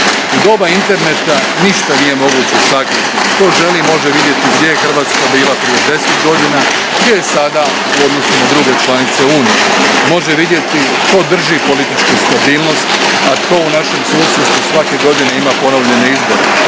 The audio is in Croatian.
doba interneta ništa nije moguće sakriti. Tko želi može vidjeti gdje je Hrvatska bila prije deset godina, a gdje je sada u odnosu na druge članice unije. Može vidjeti tko drži političku stabilnost, a tko u našem susjedstvu svake godine ima ponovljene izbore.